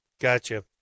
Gotcha